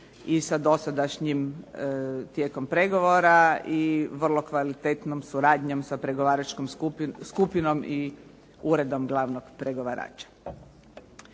i sa dosadašnjim tijekom pregovora i vrlo kvalitetnom suradnjom sa pregovaračkom skupinom i Uredom glavnom pregovarača.